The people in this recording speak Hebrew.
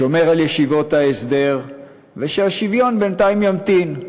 שומר על ישיבות ההסדר, והשוויון בינתיים ימתין.